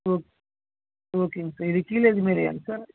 ஓ ஓகேங்க சார் இதுக்கு கீழே எதுவும் இல்லையாங்க சார்